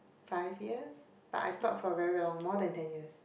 five years but I stopped for very long more than ten years